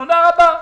תודה רבה.